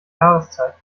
jahreszeit